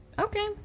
Okay